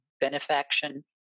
benefaction